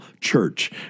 church